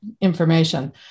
information